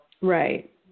right